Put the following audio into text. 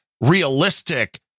realistic